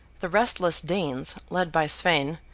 the restless danes, led by sweyn,